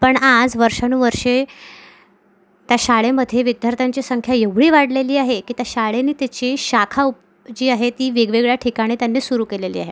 पण आज वर्षानुवर्षे त्या शाळेमध्ये विद्यार्थ्यांची संख्या एवढी वाढलेली आहे की त्या शाळेने तिची शाखा उ जी आहे ती वेगवेगळ्या ठिकाणी त्यांनी सुरू केलेली आहे